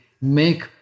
make